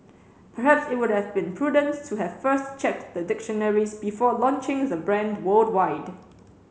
perhaps it would have been prudent to have first checked the dictionaries before launching the brand worldwide